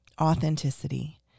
authenticity